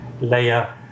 layer